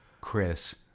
Chris